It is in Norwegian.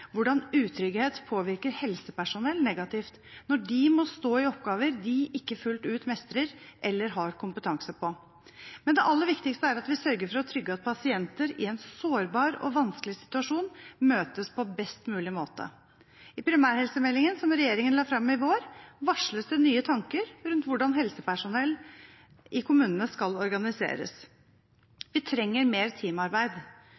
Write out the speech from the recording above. hvordan utrygghet påvirker helsepersonell negativt, når de må stå i oppgaver de ikke fullt ut mestrer eller har kompetanse på. Men det aller viktigste er at vi sørger for å trygge at pasienter i en sårbar og vanskelig situasjon møtes på best mulig måte. I primærhelsemeldingen som regjeringen la fram i vår, varsles det nye tanker rundt hvordan helsepersonell i kommunene skal organiseres. Vi trenger mer teamarbeid,